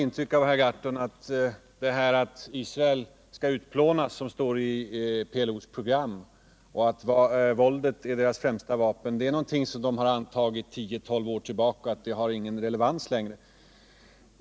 Vidare får man, herr Gahrton, ett intryck av att det som står i PLO:s program om att Israel skall utplånas och att våldet är dess främsta vapen, är något som antagits för tio till tolv år sedan men som inte längre har någon relevans.